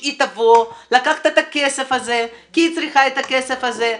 היא תבוא לקחת את הכסף הזה כי היא צריכה את הכסף הזה.